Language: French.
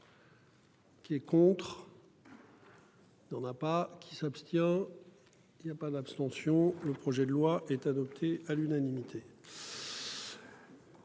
Qui est contre. Il n'en a pas qui s'abstient. Il y a pas d'abstentions, le projet de loi est adopté à l'unanimité.